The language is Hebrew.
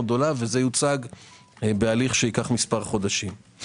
גדולה וזה יוצג בהליך שייקח מספר חודשים.